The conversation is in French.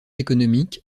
économique